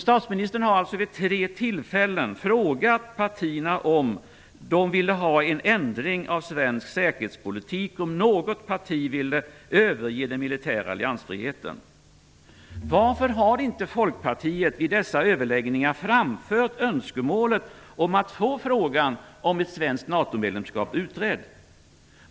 Statsministern har alltså vid tre tillfällen frågat partierna om de ville ha en ändring av svensk säkerhetspolitik och om något parti ville överge den militära alliansfriheten. Varför har inte Folkpartiet vid dessa överläggningar framfört önskemålet om att få frågan om ett svenskt NATO-medlemskap utredd?